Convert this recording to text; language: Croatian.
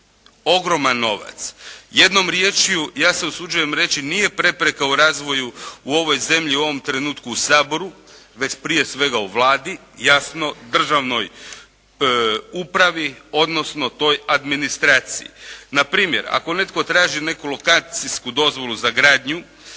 ogroman novac. Jednom riječju, ja se usuđujem reći, nije prepreka u razvoju u ovoj zemlji, u ovom trenutku u Saboru, već prije svega u Vladi, jasno, državnoj upravi, odnosno toj administraciji. Na primjer, ako netko traži neku lokacijsku dozvolu za gradnju,